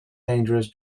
dangerous